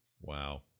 Wow